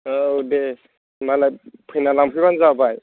औ दे होनबालाय फैना लांफैबानो जाबाय